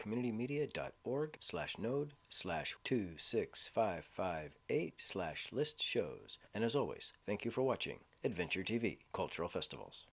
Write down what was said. community media dot org slash node slash two six five five eight slash list shows and as always thank you for watching adventure t v cultural festivals